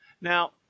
Now